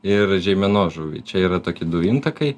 ir žeimenos žuvį čia yra tokie du intakai